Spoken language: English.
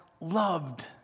loved